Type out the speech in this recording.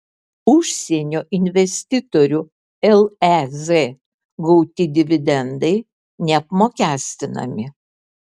užsienio investitorių lez gauti dividendai neapmokestinami